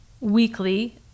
weekly